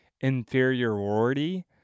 inferiority